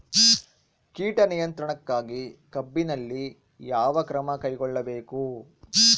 ಕೇಟ ನಿಯಂತ್ರಣಕ್ಕಾಗಿ ಕಬ್ಬಿನಲ್ಲಿ ಯಾವ ಕ್ರಮ ಕೈಗೊಳ್ಳಬೇಕು?